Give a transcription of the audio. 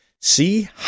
See